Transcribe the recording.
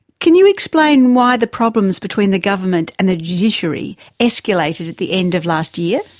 can you explain why the problems between the government and the judiciary escalated at the end of last year?